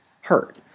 hurt